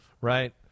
right